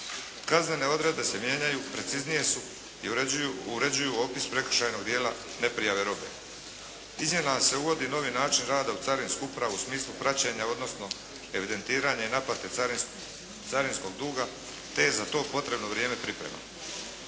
Kaznene odredbe se mijenjaju, preciznije su i uređuju opis prekršajnog dijela ne prijave robe. Izmjenama se uvodi novi način rada u carinsku upravu u smislu praćenja, odnosno evidentiranja i naplate carinskog duga, te je za to potrebno vrijeme priprema.